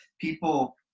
people